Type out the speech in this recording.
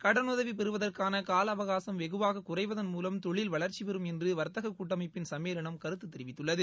கடனுதவி பெறுவதற்கான கால அவகாசம் வெகுவாக குறைவதன் மூலம் தொழில் வளர்ச்சிபெறும் என்று வர்த்தக கூட்டமைப்பின் சம்மேளனம் கருத்து தெரிவித்துள்ளது